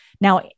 Now